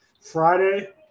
Friday